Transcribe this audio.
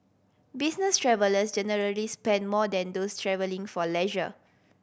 business travellers generally spend more than those travelling for leisure